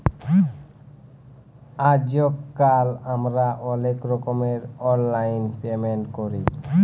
আইজকাল আমরা অলেক রকমের অললাইল পেমেল্ট ক্যরি